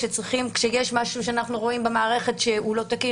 כשיש משהו שאנחנו רואים במערכת שהוא לא תקין,